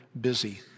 busy